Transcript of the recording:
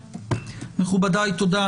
מכובדיי, תודה.